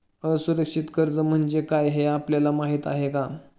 असुरक्षित कर्ज म्हणजे काय हे आपल्याला माहिती आहे का?